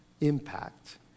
impact